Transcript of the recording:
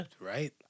right